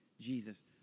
Jesus